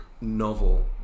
novel